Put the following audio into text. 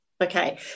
Okay